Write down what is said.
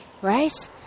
right